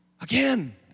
Again